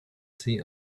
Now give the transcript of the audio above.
see